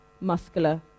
muscular